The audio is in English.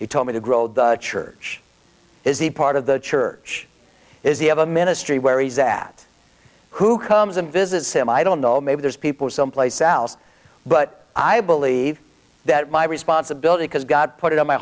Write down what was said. he told me to grow the church is the part of the church is the have a ministry where he's at who comes and visits him i don't know maybe there's people someplace else but i believe that my responsibility because god put it in my